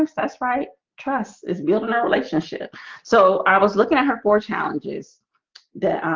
um that's right trust is building ah a relationship so i was looking at her for challenges that